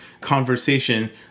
conversation